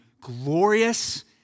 glorious